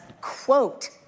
quote